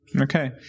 Okay